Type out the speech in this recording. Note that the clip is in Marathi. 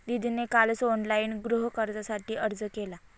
दीदीने कालच ऑनलाइन गृहकर्जासाठी अर्ज केला